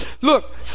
Look